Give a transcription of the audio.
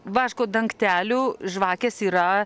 vaško dangtelių žvakės yra